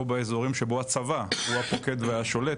או באזורים שבו הצבא הוא הפוקד והשולט,